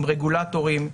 עם רגולטורים,